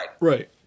Right